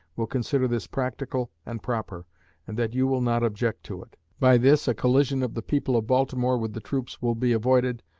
will consider this practical and proper, and that you will not object to it. by this, a collision of the people of baltimore with the troops will be avoided,